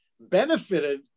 benefited